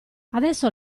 adesso